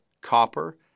copper